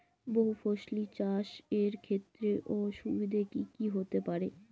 বহু ফসলী চাষ এর ক্ষেত্রে অসুবিধে কী কী হতে পারে?